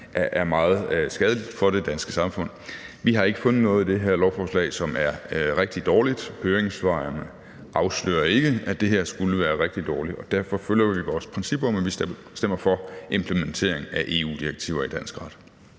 er direkte skadeligt for det danske samfund. I det her lovforslag har vi ikke fundet noget, som er rigtig dårligt, og høringssvarene afslører ikke, at det her skulle være rigtig dårligt. Derfor følger vi vores princip om, at vi stemmer for implementeringen af EU-direktiver i dansk ret.